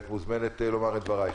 את מוזמנת לומר את דברייך.